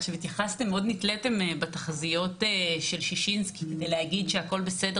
מאוד נתליתם בתחזיות של שישינסקי כדי להגיד שהכול בסדר